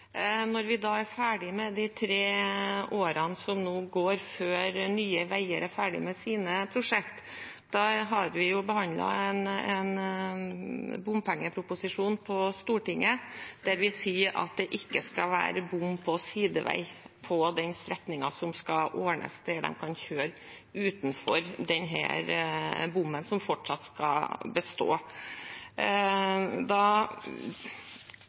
Når vi er ferdig med de tre årene som går før Nye Veier er ferdig med sine prosjekter, har vi jo behandlet en bompengeproposisjon på Stortinget, der vi sier at det ikke skal være bom på sidevei på den strekningen som skal ordnes, der de kan kjøre utenfor denne bommen som fortsatt skal bestå.